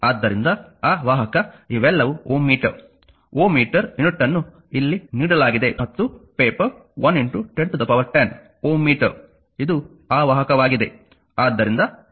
ಆದ್ದರಿಂದ ಅವಾಹಕ ಇವೆಲ್ಲವೂ Ω ಮೀಟರ್ Ω ಮೀಟರ್ ಯೂನಿಟ್ ಅನ್ನು ಇಲ್ಲಿ ನೀಡಲಾಗಿದೆ ಮತ್ತು ಪೇಪರ್ 11010 Ω ಮೀಟರ್ ಇದು ಅವಾಹಕವಾಗಿದೆ